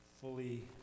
fully